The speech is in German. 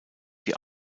die